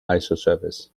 isosurfaces